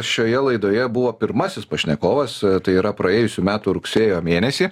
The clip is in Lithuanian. šioje laidoje buvo pirmasis pašnekovas tai yra praėjusių metų rugsėjo mėnesį